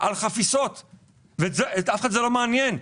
על חפיסות ואת אף אחד זה לא מעניין.